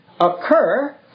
occur